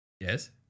Yes